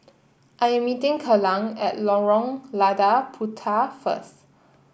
I am meeting Kelan at Lorong Lada Puteh first